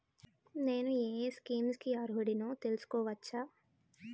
నేను యే యే స్కీమ్స్ కి అర్హుడినో తెలుసుకోవచ్చా?